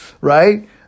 right